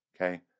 Okay